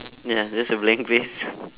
ya just a blank face